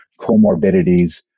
comorbidities